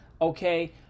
Okay